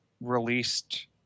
released